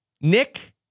Nick